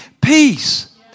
Peace